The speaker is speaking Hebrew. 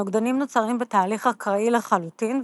הנוגדנים נוצרים בתהליך אקראי לחלוטין,